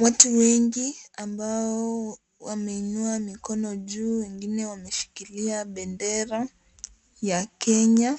Watu wengi ambao wameinua mikono juu wengine wameshikilia bendera ya Kenya